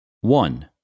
one